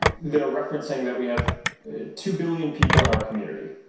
they're referencing that we have two billion people in our community.